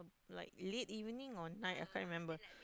like later even or night I can't remember